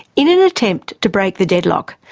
in an attempt to break the deadlock,